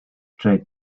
tried